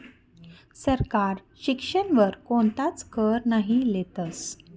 सरकार शिक्षण वर कोणताच कर नही लेतस